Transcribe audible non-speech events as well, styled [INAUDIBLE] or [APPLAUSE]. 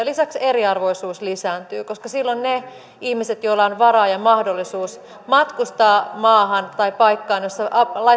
[UNINTELLIGIBLE] lisäksi eriarvoisuus lisääntyy koska silloin ne ihmiset joilla on varaa ja mahdollisuus matkustaa maahan tai paikkaan jossa